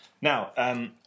Now